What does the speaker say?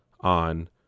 on